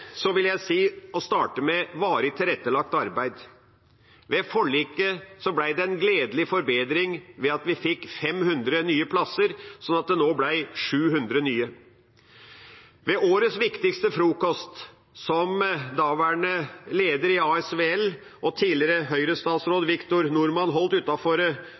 vil jeg starte med varig tilrettelagt arbeid, VTA. Ved forliket ble det en gledelig forbedring ved at vi fikk 500 nye plasser, slik at det nå ble 700 nye. Ved Årets Viktigste Frokost, som daværende leder i Arbeidsgiverforening for Vekst- og attføringsbedrifter, ASVL, og tidligere Høyre-statsråd, Victor D. Norman, holdt